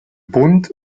bund